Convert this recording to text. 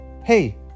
Hey